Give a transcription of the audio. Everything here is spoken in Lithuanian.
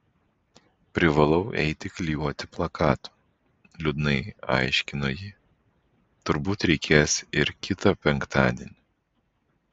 privalau eiti klijuoti plakatų liūdnai aiškino ji turbūt reikės ir kitą penktadienį